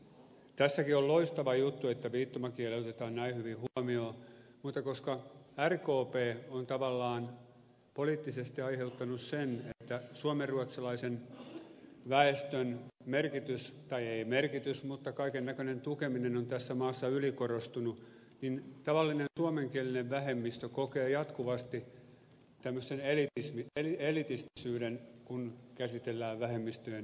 tässäkin on loistava juttu että viittomakieli otetaan näin hyvin huomioon mutta koska rkp on tavallaan poliittisesti aiheuttanut sen että suomenruotsalaisen väestön merkitys tai ei merkitys mutta kaikennäköinen tukeminen on tässä maassa ylikorostunut niin tavallinen suomenkielinen vähemmistö kokee jatkuvasti tämmöisen elitistisyyden kun käsitellään vähemmistöjen etuoikeuksia